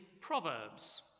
Proverbs